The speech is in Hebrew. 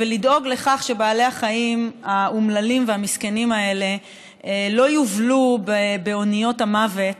ולדאוג לכך שבעלי החיים האומללים והמסכנים האלה לא יובלו באוניות המוות